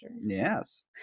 Yes